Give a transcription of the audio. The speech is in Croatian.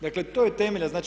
Dakle, to je temeljno.